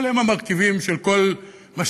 אלה הם המרכיבים של כל הפקה.